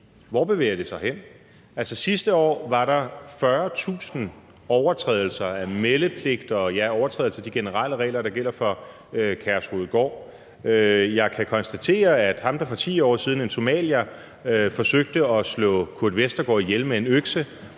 hvor bevæger det sig hen? Sidste år var der 40.000 overtrædelser af meldepligten og overtrædelser af de generelle regler, der gælder på Kærshovedgård. Jeg kan konstatere, at ham, der for 10 år siden, en somalier, forsøgte at slå Kurt Westergaard ihjel med en økse,